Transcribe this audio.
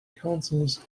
councils